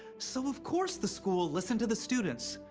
so of course the school listened to the students,